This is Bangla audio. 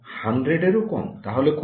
100 এরও কম তাহলে কত